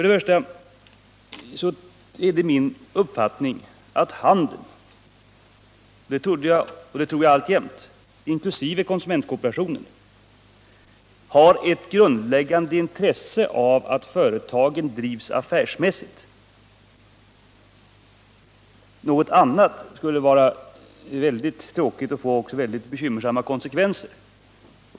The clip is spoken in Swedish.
Det är alltjämt min uppfattning att handeln, inkl. konsumentkooperationen, har ett grundläggande intresse av att företagen drivs affärsmässigt. Något annat skulle vara väldigt tråkigt och få väldigt bekymmersamma konsekvenser.